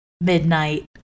Midnight